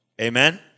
Amen